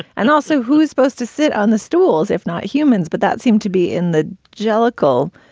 and also, who's supposed to sit on the stools, if not humans, but that seem to be in the jellicoe